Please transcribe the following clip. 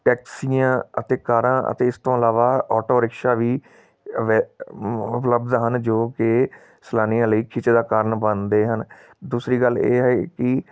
ਟੈਕਸੀਆਂ ਅਤੇ ਕਾਰਾਂ ਅਤੇ ਇਸ ਤੋਂ ਇਲਾਵਾ ਆਟੋ ਰਿਕਸ਼ਾ ਵੀ ਅਵੇ ਉਪਲੱਬਧ ਹਨ ਜੋ ਕਿ ਸੈਲਾਨੀਆਂ ਲਈ ਖਿੱਚ ਦਾ ਕਾਰਨ ਬਣਦੇ ਹਨ ਦੂਸਰੀ ਗੱਲ ਇਹ ਹੈ ਕਿ